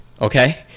okay